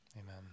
Amen